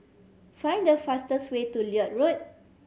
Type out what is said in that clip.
find the fastest way to Lloyd Road